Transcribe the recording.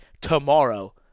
tomorrow